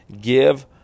give